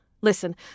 Listen